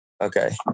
Okay